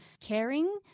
caring